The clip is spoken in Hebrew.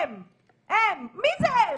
למיטב ידיעתי,